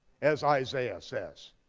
as isaiah says.